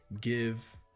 give